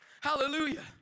Hallelujah